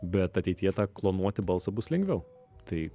bet ateityje ta klonuoti balsą bus lengviau tai